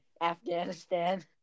Afghanistan